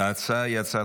להציג את הצעת